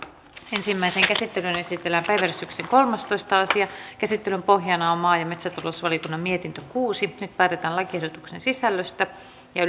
ensimmäiseen käsittelyyn esitellään päiväjärjestyksen kolmastoista asia käsittelyn pohjana on on maa ja metsätalousvaliokunnan mietintö kuusi nyt päätetään lakiehdotuksen sisällöstä